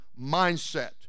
mindset